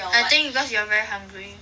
I think because you are very hungry